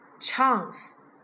chance